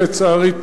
לצערי,